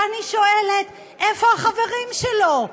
ואני שואלת: איפה החברים שלו?